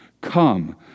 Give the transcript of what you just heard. come